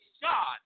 God